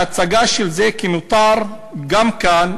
ההצגה של זה כמותר גם כאן,